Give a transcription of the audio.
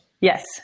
yes